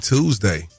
Tuesday